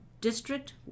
district